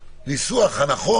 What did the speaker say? שיש עשרות פנימיות ברחבי הארץ,